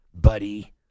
Buddy